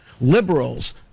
liberals